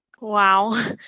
Wow